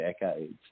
decades